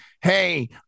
hey